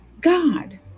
God